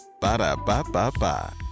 Ba-da-ba-ba-ba